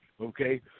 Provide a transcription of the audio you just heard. okay